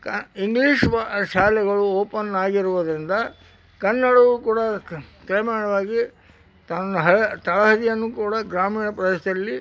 ಕ ಇಂಗ್ಲೀಷ್ ಬಾ ಶಾಲೆಗಳು ಓಪನ್ ಆಗಿರುವುದರಿಂದ ಕನ್ನಡವೂ ಕೂಡ ಕ್ರಮೇಣವಾಗಿ ತನ್ನ ಹಳೆ ತಳಹದಿಯನ್ನು ಕೂಡ ಗ್ರಾಮೀಣ ಪ್ರದೇಶದಲ್ಲಿ